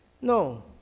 No